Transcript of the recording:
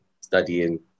studying